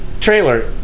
trailer